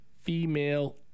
Female